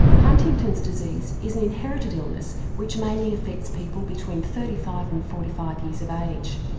huntington's disease is an inherited illness which mainly affects people between thirty five and forty five years of age.